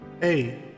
hey